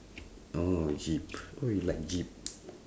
oh jeep oh you like jeep